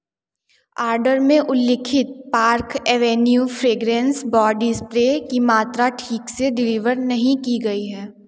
order में उल्लिखित Park Avenue fragrance body spray की मात्रा ठीक से डिलीवर नहीं की गई है